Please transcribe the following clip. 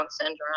syndrome